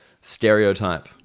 stereotype